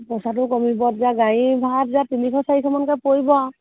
পইচাটোও কমিব তেতিয়া গাড়ী ভাড়া তেতিয়া তিনিশ চাৰিশমানকৈ পৰিব আৰু